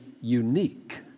unique